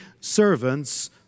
servants